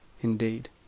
indeed